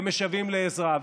ומשוועים לעזרה.